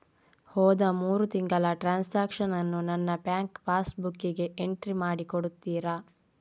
ಹೋದ ಮೂರು ತಿಂಗಳ ಟ್ರಾನ್ಸಾಕ್ಷನನ್ನು ನನ್ನ ಬ್ಯಾಂಕ್ ಪಾಸ್ ಬುಕ್ಕಿಗೆ ಎಂಟ್ರಿ ಮಾಡಿ ಕೊಡುತ್ತೀರಾ?